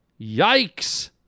Yikes